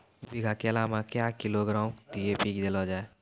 दू बीघा केला मैं क्या किलोग्राम डी.ए.पी देले जाय?